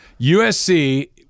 USC-